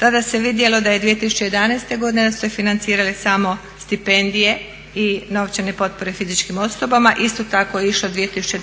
tada se vidjelo da je 2011.godine da su se financirale samo stipendije i novčane potpore fizičkim osobama, isto tako je išla i 2012.,